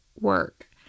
work